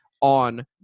on